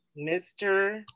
Mr